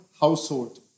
household